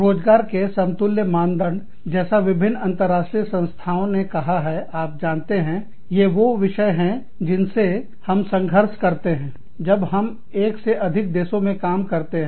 रोजगार के समतुल्य मानदंड जैसा विभिन्न अंतरराष्ट्रीय संस्थानों ने कहा है आप जानते हैं ये वो विषय हैं जिनसे हम संघर्ष करते हैं जब हम एक से अधिक देशों में काम करते हैं